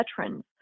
veterans